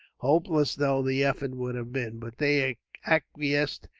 hopeless though the effort would have been. but they acquiesced,